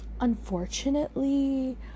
unfortunately